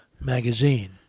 Magazine